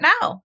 now